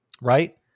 Right